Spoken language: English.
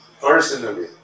personally